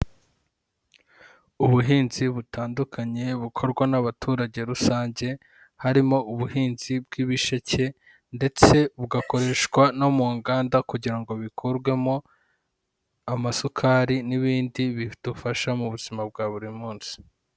Ubuhinzi butandukanye bukorwa n'abaturage rusange harimo ubuhinzi bw'ibisheke ndetse bugakoreshwa no mu nganda kugira ngo bikorwemo amasukari n'ibindi bidufasha mu buzima bwa buri munsi.